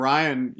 Ryan